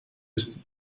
ist